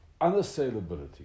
unassailability